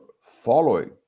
following